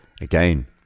Again